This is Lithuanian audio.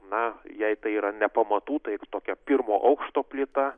na jei tai yra ne pamatų tai tokia pirmo aukšto plyta